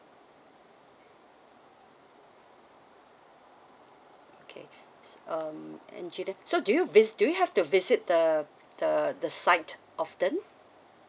okay so um engineer so do you vi~ do you have to visit the the the site often